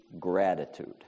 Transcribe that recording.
gratitude